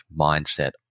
mindset